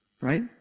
right